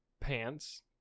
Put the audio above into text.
pants